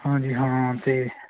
ਹਾਂਜੀ ਹਾਂ ਅਤੇ